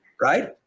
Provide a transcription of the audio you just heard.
right